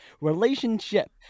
Relationship